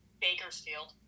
Bakersfield